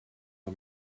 the